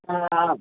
হ্যাঁ